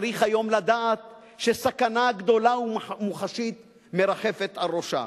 צריך היום לדעת שסכנה גדולה ומוחשית מרחפת על ראשה.